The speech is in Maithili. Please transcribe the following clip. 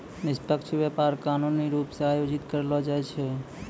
निष्पक्ष व्यापार कानूनी रूप से आयोजित करलो जाय छै